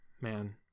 man